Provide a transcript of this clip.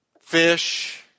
fish